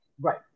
right